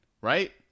right